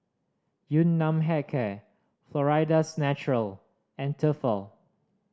Yun Nam Hair Care Florida's Natural and Tefal